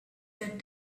that